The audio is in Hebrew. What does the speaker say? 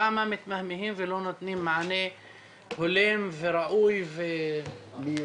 למה מתמהמהים ולא נותנים מענה הולם וראוי ומיידי.